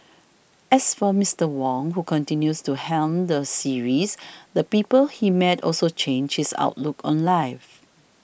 as for Mister Wong who continues to helm the series the people he met also changed his outlook on life